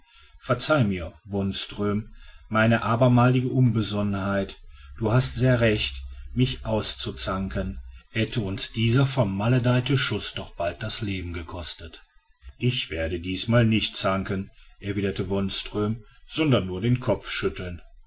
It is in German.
verzeihe mir wonström meine abermalige unbesonnenheit du hast sehr recht mich auszuzanken hätte uns dieser vermaledeite schuß doch bald das leben gekostet ich werde diesmal nicht zanken erwiderte wonström sondern nur den kopf schütteln